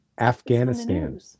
Afghanistan